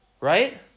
Right